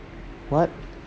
what